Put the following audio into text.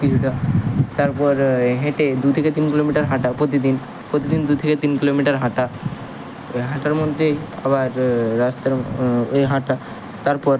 কিছুটা তারপর হেঁটে দু থেকে তিন কিলোমিটার হাঁটা প্রতিদিন প্রতিদিন দু থেকে তিন কিলোমিটার হাঁটা ওই হাঁটার মধ্যেই আবার রাস্তার ওই হাঁটা তারপর